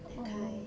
that kind